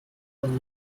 von